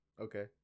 Okay